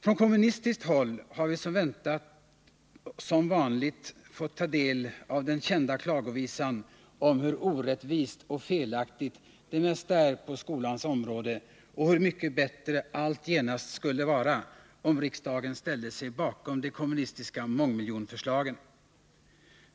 Från kommunistiskt håll har vi som vanligt fått ta del av den kända klagovisan om hur orättvist och felaktigt det mesta är på skolans område och hur mycket bättre allt genast skulle vara om riksdagen ställde sig bakom de kommunistiska mångmiljonförslagen.